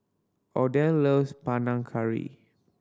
Odell loves Panang Curry